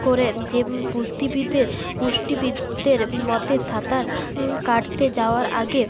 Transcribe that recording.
করে যে পুষ্টিবিদের পুষ্টিবিদদের মতে সাঁতার কাটতে যাওয়ার আগে